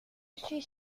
suis